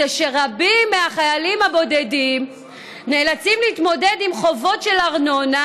זה שרבים מהחיילים הבודדים נאלצים להתמודד עם חובות של ארנונה,